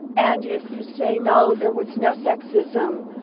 and if you say, no, there was no sexism,